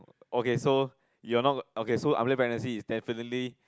okay so you are not okay so unplan pregnancy is definitely